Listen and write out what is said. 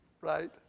right